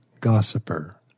gossiper